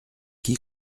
qui